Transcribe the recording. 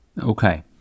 okay